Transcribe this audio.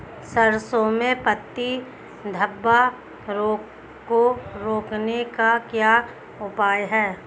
सरसों में पत्ती धब्बा रोग को रोकने का क्या उपाय है?